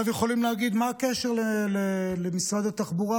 יכולים להגיד: מה הקשר למשרד התחבורה?